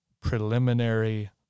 preliminary